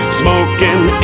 smoking